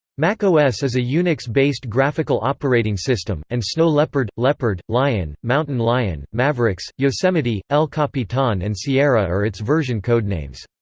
macos is a unix-based graphical operating system, and snow leopard, leopard, lion, mountain lion, mavericks, yosemite, el capitan and sierra are its version codenames.